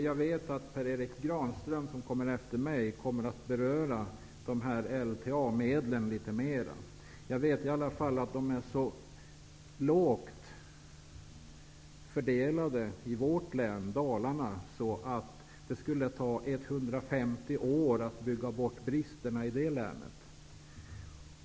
Jag vet att Per Erik Granström i sitt anförande kommer att mer ingående beröra LTA medlen. Vårt län, Kopparbergs län, har fått så liten del av dessa att det skulle ta 150 år att bygga bort bristerna i det länet.